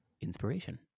inspiration